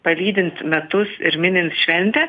palydint metus ir minint šventę